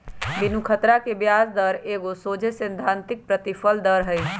बिनु खतरा के ब्याज दर एगो सोझे सिद्धांतिक प्रतिफल दर हइ